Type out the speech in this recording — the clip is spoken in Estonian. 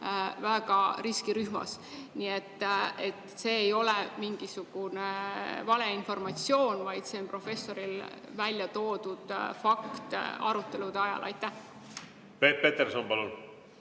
väga riskirühmas. Nii et see ei ole mingi valeinformatsioon, vaid see on professoril väljatoodud fakt arutelude ajal. Peep Peterson, palun!